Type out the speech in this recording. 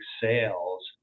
sales